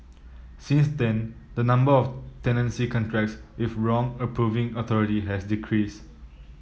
since then the number of tenancy contracts with wrong approving authority has decreased